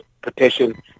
petition